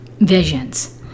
visions